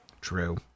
True